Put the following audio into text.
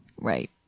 Right